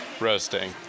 roasting